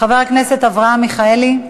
חבר הכנסת אברהם מיכאלי,